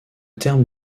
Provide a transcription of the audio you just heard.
terme